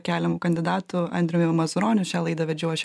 keliamu kandidatu andriumi mazuroniu šią laidą vedžiau aš